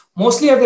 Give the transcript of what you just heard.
mostly